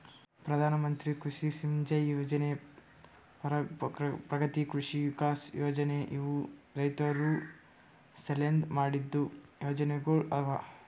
ಪ್ರಧಾನ ಮಂತ್ರಿ ಕೃಷಿ ಸಿಂಚೈ ಯೊಜನೆ, ಪರಂಪ್ರಗತಿ ಕೃಷಿ ವಿಕಾಸ್ ಯೊಜನೆ ಇವು ರೈತುರ್ ಸಲೆಂದ್ ಮಾಡಿದ್ದು ಯೊಜನೆಗೊಳ್ ಅವಾ